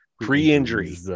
Pre-injury